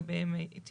5, 8, 9, 14, 15, גוש